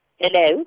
Hello